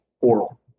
oral